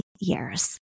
years